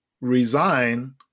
resign